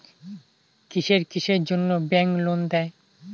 কিসের কিসের জন্যে ব্যাংক লোন দেয়?